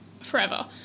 forever